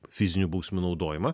fizinių bausmių naudojimą